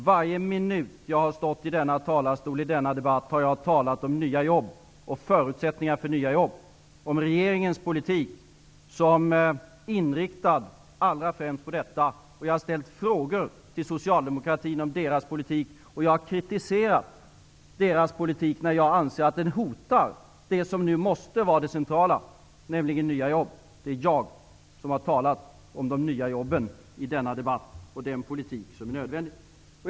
Varje minut jag har stått i talarstolen i denna debatt har jag talat om nya jobb och förutsättningar för nya jobb. Jag har talat om regeringens politik som allra främst är inriktad på detta. Jag har ställt frågor till socialdemokraterna om deras politik. Jag har kritiserat den när jag anser att den hotar det som nu måste vara det centrala, nämligen nya jobb. I den här debatten är det jag som har talat om de nya jobben och den politik som är nödvändig.